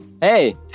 Hey